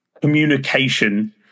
communication